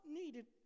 needed